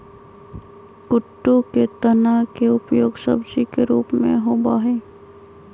कुट्टू के तना के उपयोग सब्जी के रूप में होबा हई